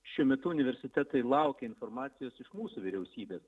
šiuo metu universitetai laukia informacijos iš mūsų vyriausybės